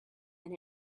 and